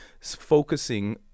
focusing